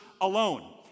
alone